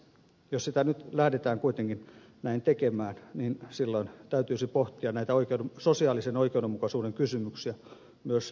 jos sitä nyt lähdetään kuitenkin näin tekemään niin silloin täytyisi pohtia näitä sosiaalisen oikeudenmukaisuuden kysymyksiä myös työeläkejärjestelmän puolella